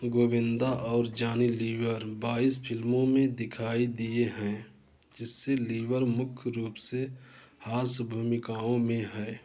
गोविंदा और जानी लीवर बाईस फिल्मों में दिखाई दिए हैं जिससे लीवर मुख्य रूप से हास्य भूमिकाओं में है